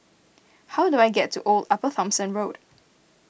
how do I get to Old Upper Thomson Road